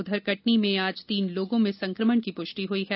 उघर कटनी में आज तीन लोगों में संक्रमण की पुष्टि हुई है